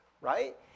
right